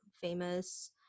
famous